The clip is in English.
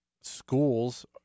schools